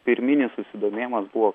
pirminis susidomėjimas buvo